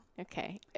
okay